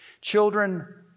Children